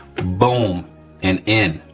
boom and in,